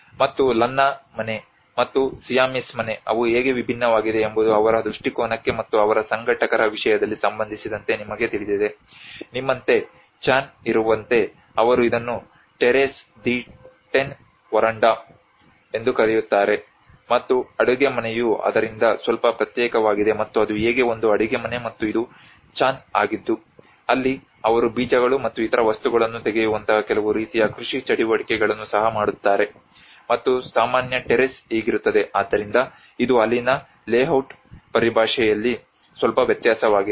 ಮತ್ತು ಲನ್ನಾ ಮನೆ ಮತ್ತು ಸಿಯಾಮೀಸ್ ಮನೆ ಅವು ಹೇಗೆ ಭಿನ್ನವಾಗಿದೆ ಎಂಬುದು ಅವರ ದೃಷ್ಟಿಕೋನಕ್ಕೆ ಮತ್ತು ಅವರ ಸಂಘಟಕರ ವಿಷಯದಲ್ಲಿ ಸಂಬಂಧಿಸಿದಂತೆ ನಿಮಗೆ ತಿಳಿದಿದೆ ನಿಮ್ಮಂತೆ ಚಾನ್ ಇರುವಂತೆ ಅವರು ಇದನ್ನು ಟೆರೇಸ್ ದಿ ಟೆನ್ ವರಾಂಡಾ ಎಂದು ಕರೆಯುತ್ತಾರೆ ಮತ್ತು ಅಡುಗೆಮನೆಯು ಅದರಿಂದ ಸ್ವಲ್ಪ ಪ್ರತ್ಯೇಕವಾಗಿದೆ ಮತ್ತು ಅದು ಹೇಗೆ ಒಂದು ಅಡಿಗೆಮನೆ ಮತ್ತು ಇದು ಚಾನ್ ಆಗಿದ್ದು ಅಲ್ಲಿ ಅವರು ಬೀಜಗಳು ಮತ್ತು ಇತರ ವಸ್ತುಗಳನ್ನು ತೆಗೆಯುವಂತಹ ಕೆಲವು ರೀತಿಯ ಕೃಷಿ ಚಟುವಟಿಕೆಗಳನ್ನು ಸಹ ಮಾಡುತ್ತಾರೆ ಮತ್ತು ಸಾಮಾನ್ಯ ಟೆರೇಸ್ ಹೀಗಿರುತ್ತದೆ ಆದ್ದರಿಂದ ಇದು ಅಲ್ಲಿನ ಲೆಔಟ್ ಪರಿಭಾಷೆಯಲ್ಲಿ ಸ್ವಲ್ಪ ವ್ಯತ್ಯಾಸವಾಗಿದೆ